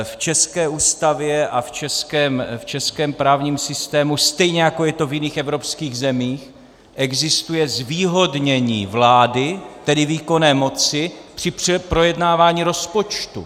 V české Ústavě a v českém právním systému, stejně jako je to v jiných evropských zemích, existuje zvýhodnění vlády, tedy výkonné moci při projednávání rozpočtu.